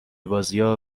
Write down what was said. بازیا